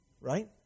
Right